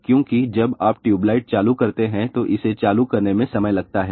क्योंकि जब आप ट्यूबलाइट चालू करते हैं तो इसे चालू करने में समय लगता है